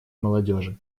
молодежи